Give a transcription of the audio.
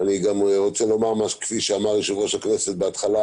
אני גם רוצה לומר: כפי שאמר יושב-ראש הכנסת בהתחלה,